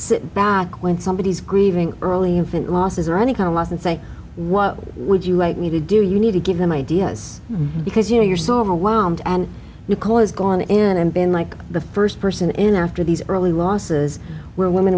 sit back when somebody is grieving early infant losses or any kind of loss and say what would you like me to do you need to give them ideas because you know you're so overwhelmed and you call has gone in and been like the st person in after these early losses where women